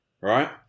right